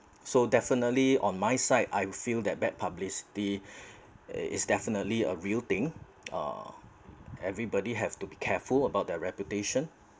so definitely on my side I feel that bad publicity is definitely a real thing uh everybody have to be careful about their reputation